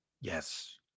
Yes